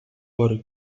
por